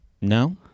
No